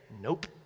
Nope